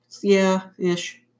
yeah-ish